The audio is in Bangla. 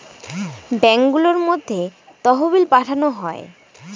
ব্যাঙ্কগুলোর মধ্যে তহবিল পাঠানো হয়